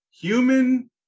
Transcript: Human